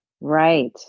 Right